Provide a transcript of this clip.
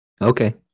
Okay